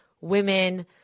women